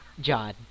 John